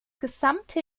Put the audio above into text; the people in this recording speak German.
gesamte